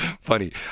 Funny